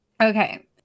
Okay